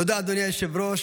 תודה, אדוני היושב-ראש.